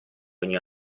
ogni